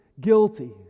guilty